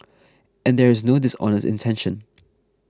and there is no dishonest intention